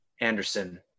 Anderson